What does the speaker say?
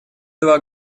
два